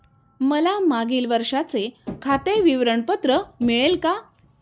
मला मागील वर्षाचे खाते विवरण पत्र मिळेल का?